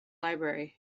library